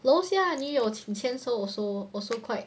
楼下女友请签收 also also quite